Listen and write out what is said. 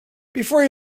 before